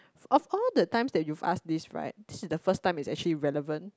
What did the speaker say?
of all the times that you've asked this right this is the first time it's actually relevant